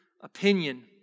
opinion